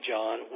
John